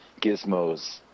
gizmos